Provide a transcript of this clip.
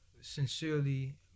sincerely